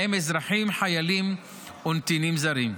ובהם אזרחים, חיילים ונתינים זרים.